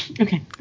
okay